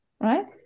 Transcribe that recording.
right